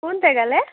কোন জেগালৈ